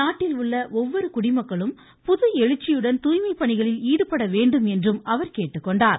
நாட்டிலுள்ள ஒவ்வொரு குடிமக்களும் புதுஎழுச்சியுடன் தூய்மை பணிகளில் ஈடுபட வேண்டும் என்று அவர் கேட்டுக்கொண்டார்